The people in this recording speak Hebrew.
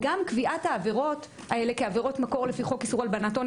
וקביעת העבירות האלה כעבירות מקור לפי חוק איסור הלבנת הון,